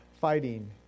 fighting